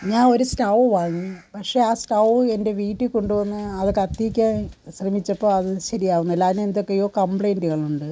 ഞാന് ഒരു സ്റ്റൗ വാങ്ങി പക്ഷെ ആ സ്റ്റൗ എന്റെ വീട്ടിൽ കൊണ്ടു വന്നു അതു കത്തിക്കാന് ശ്രമിച്ചപ്പോൾ അതു ശരിയാകുന്നില്ല അതിന് എന്തൊക്കെയോ കപ്ലയിൻറ്റുകളുണ്ട്